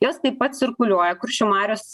jos taip pat cirkuliuoja kuršių marios